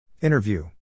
Interview